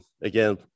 Again